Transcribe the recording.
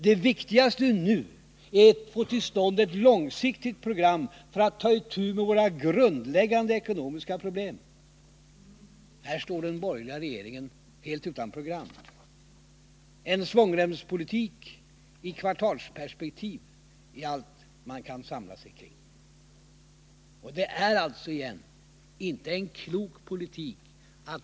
Det viktigaste nu är att få till stånd ett långsiktigt program för att ta itu med våra grundläggande ekonomiska problem. Här står den borgerliga regeringen helt utan program. En svångremspolitik i kvartalsperspektiv är allt man kan samla sig kring.